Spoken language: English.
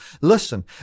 listen